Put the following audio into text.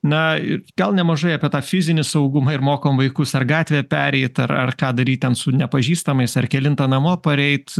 na ir gal nemažai apie tą fizinį saugumą ir mokom vaikus ar gatvę pereit ar ar ką daryt ten su nepažįstamais ar kelintą namo pareit